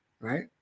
right